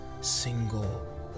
single